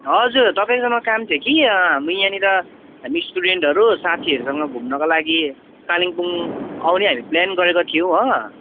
हजुर तपाईँसँग काम थियो कि हामी यहाँनिर हामी स्टुडेन्टहरू साथीहरूसँग घुम्नको लागि कालिम्पोङ आउने हामी प्लान गरेको थियो हो